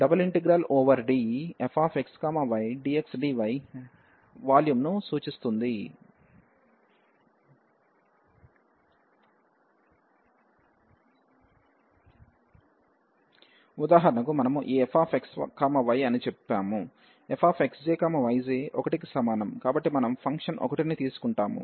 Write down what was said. ∬Dfxydxdyవాల్యూమ్ ను సూచిస్తుంది ఉదాహరణకు మనము ఈ fxy అని చెప్పాము fxjyj1 కి సమానం కాబట్టి మనం ఫంక్షన్ 1 ని తీసుకుంటాము